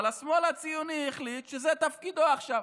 אבל השמאל הציוני החליט שזה תפקידו עכשיו.